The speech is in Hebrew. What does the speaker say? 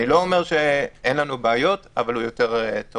אני לא אומר שאין לנו בעיות אבל הוא יותר טוב.